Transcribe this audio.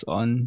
on